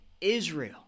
Israel